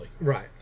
Right